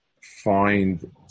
find